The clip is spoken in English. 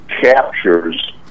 captures